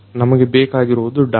ನಮಗೆ ಬೇಕಿರುವುದು ಡಾಟ